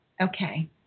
Okay